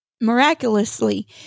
miraculously